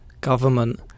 government